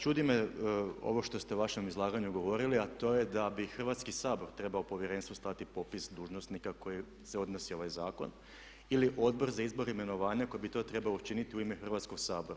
Čudi me ovo što ste u vašem izlaganju govorili a to je da bi Hrvatski sabor trebao Povjerenstvu slati popis dužnosnika na koje se odnosi ovaj zakon ili Odbor za izbor i imenovanja koji bi to trebao učiniti u ime Hrvatskog sabora.